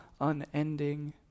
unending